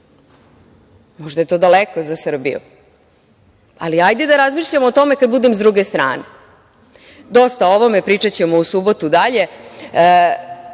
Možda je to daleko za Srbiju, ali hajde da razmišljamo o tome kad budemo sa druge strane. Dosta o ovome, pričaćemo u subotu dalje.